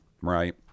Right